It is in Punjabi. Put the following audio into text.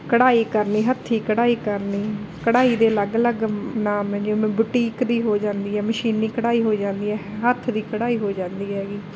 ਕਢਾਈ ਕਰਨੀ ਹੱਥੀ ਕਢਾਈ ਕਰਨੀ ਕਢਾਈ ਦੇ ਅਲੱਗ ਅਲੱਗ ਨਾਮ ਆ ਜਿਵੇਂ ਬੁਟੀਕ ਦੀ ਹੋ ਜਾਂਦੀ ਹੈ ਮਸ਼ੀਨੀ ਕਢਾਈ ਹੋ ਜਾਂਦੀ ਹੈ ਹੱਥ ਦੀ ਕਢਾਈ ਹੋ ਜਾਂਦੀ ਹੈਗੀ